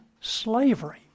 slavery